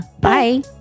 Bye